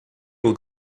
will